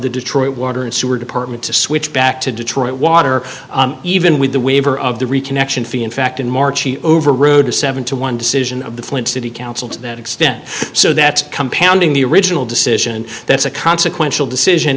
the detroit water and sewer department to switch back to detroit water even with the waiver of the reconnection fee in fact in march he overrode a seven to one decision of the flint city council to that extent so that's compounding the original decision that's a consequential decision